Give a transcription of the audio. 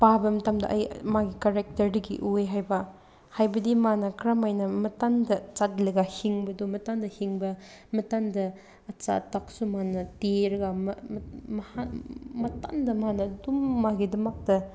ꯄꯥꯕ ꯃꯇꯝꯗ ꯑꯩ ꯃꯥꯒꯤ ꯀꯔꯦꯛꯇꯔꯗꯒꯤ ꯎꯏꯌꯦ ꯍꯥꯏꯕ ꯍꯥꯏꯕꯗꯤ ꯃꯥꯅ ꯀꯔꯝ ꯍꯥꯏꯅ ꯃꯊꯟꯗ ꯆꯠꯂꯒ ꯍꯤꯡꯕꯗꯨ ꯃꯊꯟꯇ ꯍꯤꯡꯕ ꯃꯊꯟꯇ ꯑꯆꯥ ꯑꯊꯛꯁꯨ ꯃꯥꯅ ꯊꯤꯔꯒ ꯃꯍꯥꯛ ꯃꯊꯟꯗ ꯃꯥꯅ ꯑꯗꯨꯝ ꯃꯥꯒꯤꯗꯃꯛꯇ